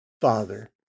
Father